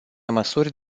măsuri